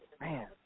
man